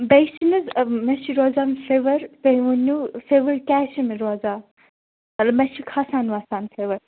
بیٚیہِ چھُ نہٕ حظ مےٚ چھِ روزان فِوَر تُہۍ ؤنِو فِوَر کیٛازِ چھِ مےٚ روزان مطلب مےٚ چھُ کھَسان وَسان فِوَر